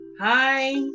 Hi